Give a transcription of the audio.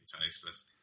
tasteless